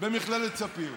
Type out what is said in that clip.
במכללת ספיר.